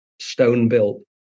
stone-built